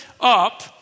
up